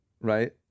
right